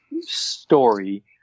story